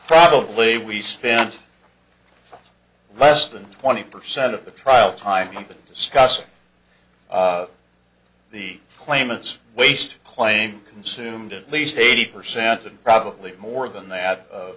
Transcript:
probably we spent less than twenty percent of the trial time discussing the claimants waste claim consumed at least eighty percent and probably more than that